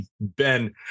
Ben